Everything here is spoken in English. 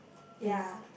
ya